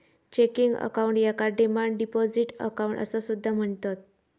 checking account याका demand deposit account असा सुद्धा म्हणतत